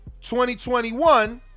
2021